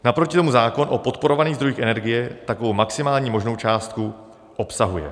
Naproti tomu zákon o podporovaných zdrojích energie takovou maximální možnou částku obsahuje.